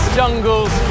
jungles